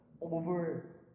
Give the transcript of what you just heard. over